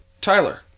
Tyler